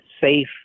safe